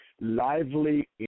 lively